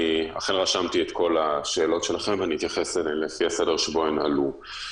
אכן רשמתי את כל השאלות שלכם ואתייחס לפי הסדר שבו הן עלו.